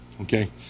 okay